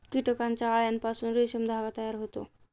कीटकांच्या अळ्यांपासून रेशीम धागा तयार होतो